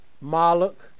Moloch